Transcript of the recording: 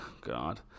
God